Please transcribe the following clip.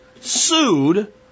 sued